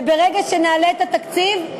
וברגע שנעלה את התקציב,